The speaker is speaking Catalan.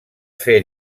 fer